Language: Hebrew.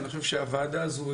אני חושב שהוועדה הזאת,